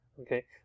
okay